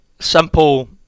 simple